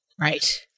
Right